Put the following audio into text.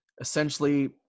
essentially